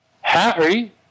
Harry